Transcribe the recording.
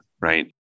right